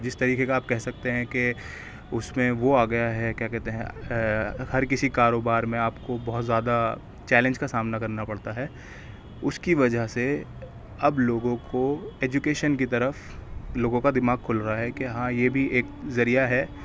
جس طریقے کا آپ کہہ سکتے ہیں کہ اُس میں وہ آ گیا ہے کیا کہتے ہیں ہر کسی کاروبار میں آپ کو بہت زیادہ چیلنج کا سامنا کرنا پڑتا ہے اُس کی وجہ سے اب لوگوں کو ایجوکیشن کی طرف لوگوں کا دماغ کھل رہا ہے کہ ہاں یہ بھی ایک ذریعہ ہے